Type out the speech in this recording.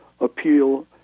appeal